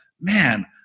Man